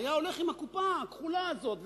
היה הולך עם הקופה הכחולה הזאת,